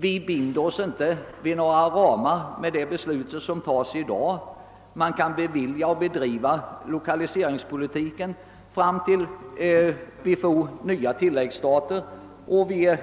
Vi binder oss inte vid några ramar med det beslut som fattas i dag, utan lokaliseringspolitiken kan fortgå till dess att vi får den nya tillläggsstaten. Vi